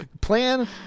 Plan